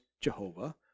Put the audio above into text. Jehovah